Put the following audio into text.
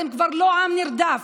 אתם כבר לא עם נרדף.